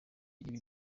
ibi